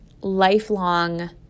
lifelong